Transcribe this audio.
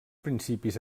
principis